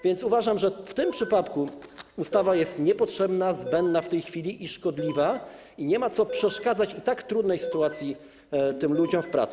Więc uważam, że w tym przypadku ustawa jest niepotrzebna, zbędna w tej chwili i szkodliwa, i nie ma co przeszkadzać w tak trudnej sytuacji tym ludziom w pracy.